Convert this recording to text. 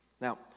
Now